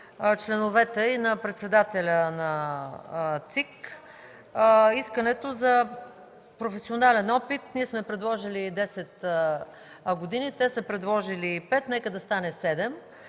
членовете и на председателя на ЦИК – искането за професионален опит. Ние сме предложили 10 години, те са предложили 5, нека да станат 7,